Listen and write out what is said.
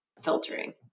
filtering